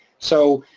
so,